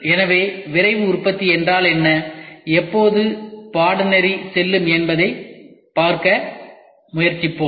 எனவே விரைவு உற்பத்தி என்றால் என்ன எப்போது பாடநெறி செல்லும் என்பதைப் பார்க்க முயற்சிப்போம்